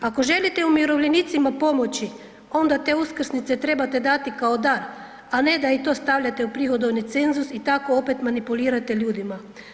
Ako želite umirovljenicima pomoći onda te uskrsnice trebate dati kao dar, a ne da i to stavljate u prihodovni cenzus i tako opet manipulirate ljudima.